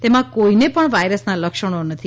તેમાં કોઈને પણ વાયરસનાં લક્ષણો નથી